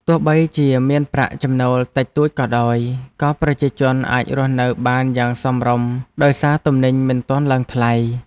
ទោះបីជាមានប្រាក់ចំណូលតិចតួចក៏ដោយ ក៏ប្រជាជនអាចរស់នៅបានយ៉ាងសមរម្យដោយសារទំនិញមិនទាន់ឡើងថ្លៃ។